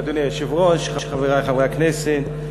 אדוני היושב-ראש, חברי חברי הכנסת,